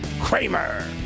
Kramer